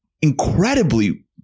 incredibly